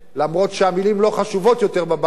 למרות שהמלים לא חשובות יותר בבית הזה,